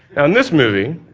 and this movie,